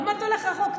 למה אתה הולך רחוק?